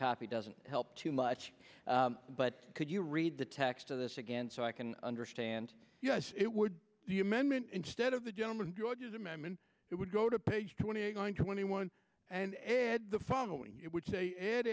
copy doesn't help too much but could you read the text of this again so i can understand yes it would the amendment instead of the gentleman george's amendment it would go to page twenty going to twenty one and add the following it would say it